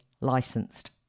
licensed